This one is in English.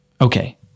Okay